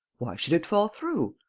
why should it fall through?